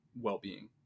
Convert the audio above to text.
well-being